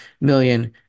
million